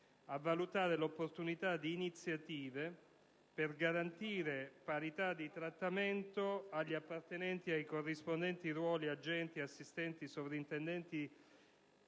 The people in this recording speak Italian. ad adottare le opportune iniziative al fine di garantire parità di trattamento agli appartenenti ai corrispondenti ruoli agenti, assistenti, sovrintendenti